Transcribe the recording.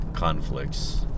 conflicts